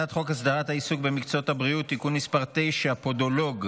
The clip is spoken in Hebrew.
על הצעת חוק הסדרת העיסוק במקצועות הבריאות (תיקון מס' 9) (פודולוג),